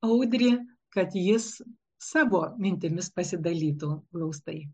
audrį kad jis savo mintimis pasidalytų glaustai